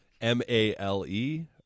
m-a-l-e